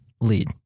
lead